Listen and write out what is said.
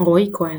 רועי כהן,